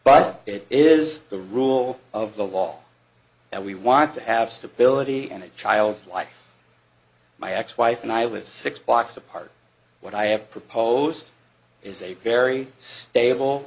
but it is the rule of the law that we want to have stability and a child's life my ex wife and i live six blocks apart what i have proposed is a very stable